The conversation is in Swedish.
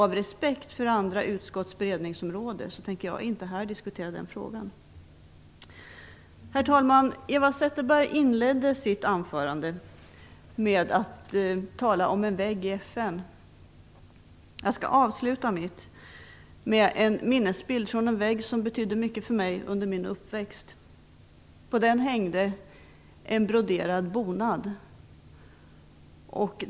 Av respekt för andra utskotts beredningsområden tänker jag inte diskutera den frågan här. Herr talman! Eva Zetterberg inledde sitt anförande med att tala om en vägg i FN. Jag skall avsluta mitt med en minnesbild från en vägg som betydde mycket för mig under min uppväxt. På den hängde en broderad bonad.